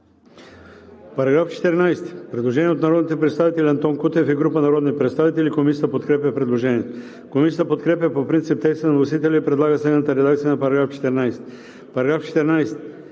По § 14 има предложение от народния представител Антон Кутев и група народни представители. Комисията подкрепя предложението. Комисията подкрепя по принцип текста на вносителя и предлага следната редакция на § 14: „§ 14.